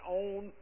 own